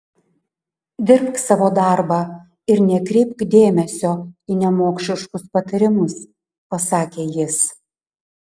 dirbk savo darbą ir nekreipk dėmesio į nemokšiškus patarimus pasakė jis